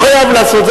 הוא חייב לעשות,